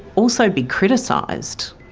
also be criticised,